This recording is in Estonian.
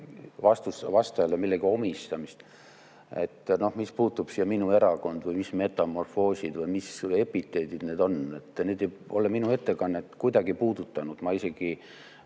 vastajale millegi omistamist. Mis puutub siia minu erakond? Või mis metamorfoosid või mis epiteedid need on? Need ei ole minu ettekannet kuidagi puudutanud, ma isegi….